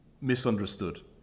misunderstood